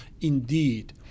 indeed